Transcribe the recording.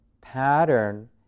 pattern